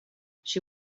she